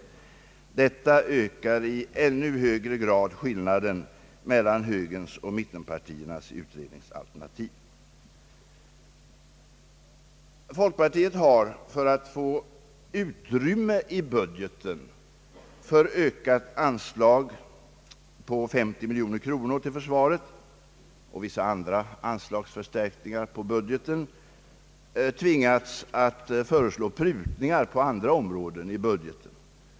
Detta ökar i ännu högre grad skillnaden mellan högerns och mittenpartiernas utredningsalternativ. Folkpartiet har för att få utrymme i budgeten för ökat anslag på 50 miljoner kronor till försvaret och vissa andra anslagsförstärkningar på budgeten tvingats att föreslå prutningar på andra områden i budgeten.